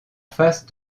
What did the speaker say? face